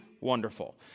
wonderful